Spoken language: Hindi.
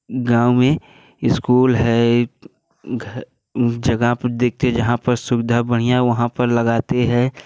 गाँव में स्कूल है घर जगह पे देखते जहाँ पर सुविधा बढ़िया वहाँ पर लगाते हैं